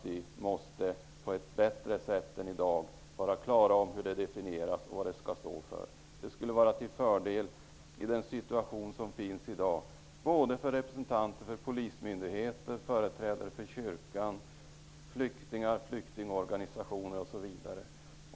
Vi måste på ett bättre sätt än i dag vara klara över hur den skall definieras och vad den står för. Det skulle vara en fördel i dagens situation, för både myndigheter, polis, kyrkan, flyktingar, flyktingorganisationer osv.